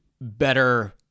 better